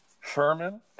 Sherman